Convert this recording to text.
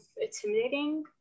intimidating